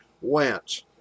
went